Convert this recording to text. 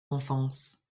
enfance